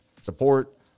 support